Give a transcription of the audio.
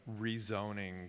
rezoning